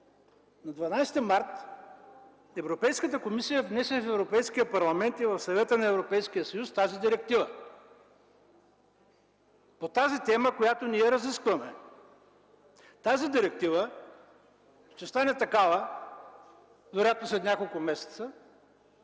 на 12 март Европейската комисия внесе в Европейския парламент и в Съвета на Европейския съюз тази директива по темата, която ние разискваме. Тази директива ще стане такава вероятно след няколко месеца.